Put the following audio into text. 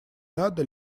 надо